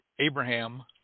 Abraham